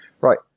Right